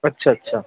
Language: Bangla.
আচ্ছা আচ্ছা